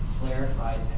Clarified